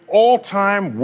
all-time